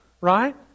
right